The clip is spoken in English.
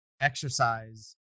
exercise